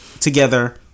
together